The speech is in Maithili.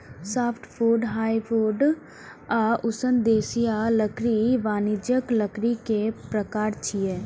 सॉफ्टवुड, हार्डवुड आ उष्णदेशीय लकड़ी वाणिज्यिक लकड़ी के प्रकार छियै